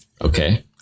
Okay